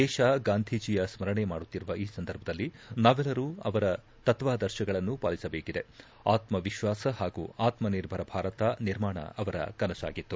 ದೇಶ ಗಾಂಧೀಜಿಯ ಸ್ಕರಣೆ ಮಾಡುತ್ತಿರುವ ಈ ಸಂದರ್ಭದಲ್ಲಿ ನಾವೆಲ್ಲರೂ ಅವರ ತತ್ವಾದರ್ಶಗಳನ್ನು ಪಾಲಿಸಬೇಕಿದೆ ಆತ್ಮವಿಶ್ವಾಸ ಹಾಗೂ ಆತ್ಮಿರ್ಭರ ಭಾರತ ನಿರ್ಮಾಣ ಅವರ ಕನಸಾಗಿತ್ತು